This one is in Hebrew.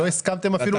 לא הסכמתם אפילו לבדוק.